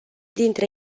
dintre